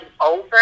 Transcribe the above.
over